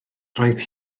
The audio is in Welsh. roedd